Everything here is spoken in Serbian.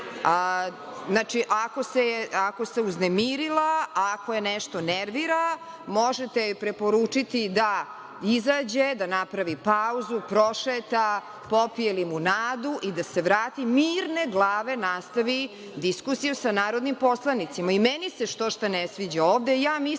Znači, ako se uznemirila, ako je nešto nervira, možete joj preporučiti da izađe, da napravi pauzu, prošeta, popije limunadu i da se vrati i mirne glave nastavi diskusiju sa narodnim poslanicima.I meni se što šta ne sviđa ovde i mislim